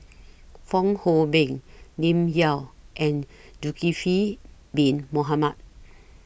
Fong Hoe Beng Lim Yau and Zulkifli Bin Mohamed